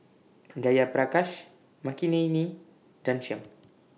Jayaprakash Makineni and Ghanshyam